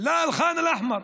לאל-ח'אן אל-אחמר.